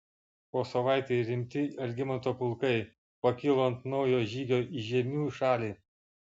po savaitei rimti algimanto pulkai pakilo ant naujo žygio į žiemių šalį